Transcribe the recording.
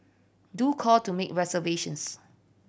do call to make reservations